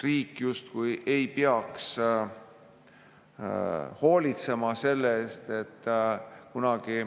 riik justkui ei peaks hoolitsema selle eest, et kunagi